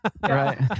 Right